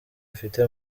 afite